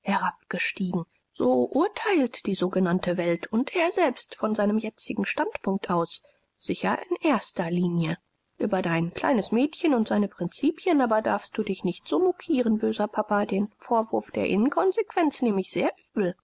herabgestiegen so urteilt die sogenannte welt und er selbst von seinem jetzigen standpunkt aus sicher in erster linie ueber dein kleines mädchen und seine prinzipien aber darfst du dich nicht so mokieren böser papa den vorwurf der inkonsequenz nehme ich sehr übel